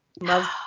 Love